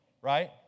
Right